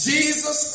Jesus